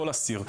כל אסיר,